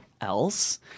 else